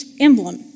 emblem